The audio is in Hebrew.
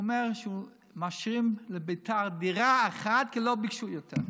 הוא אומר שמאשרים לביתר דירה אחת כי לא ביקשו יותר.